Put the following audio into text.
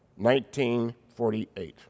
1948